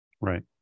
Right